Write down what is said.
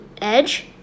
edge